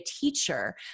teacher